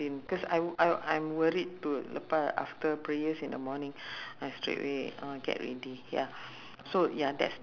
toa payoh it's a uh it's a normal it's not a food court know it's uh you know the old type of uh hawker centre